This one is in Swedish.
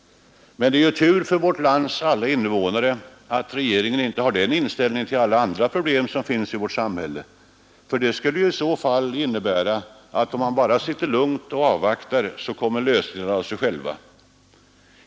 Det är tur för vårt lands alla innevånare att regeringen inte har den inställningen till alla andra problem som finns i vårt samhälle. Det skulle väl i så fall innebära att om man bara sitter lugnt och avvaktar så kommer lösningarna av sig själva.